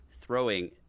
throwing –